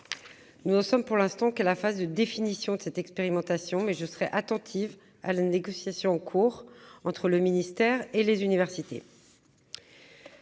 Nous n'en sommes pour l'instant qu'à la phase de définition de cette expérimentation, mais je serai attentive à la négociation en cours entre le ministère et les universités.